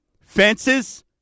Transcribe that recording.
fences